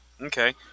Okay